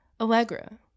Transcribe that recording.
Allegra